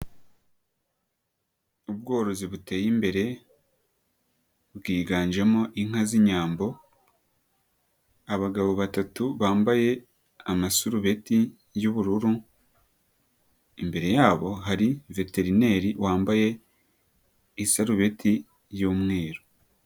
Ubworozi buteye imbere, bwiganjemo inka z'inyambo, abagabo batatu bambaye amasurubeti y'ubururu, imbere yabo hari veterineri wambaye, isarubeti y'umweru.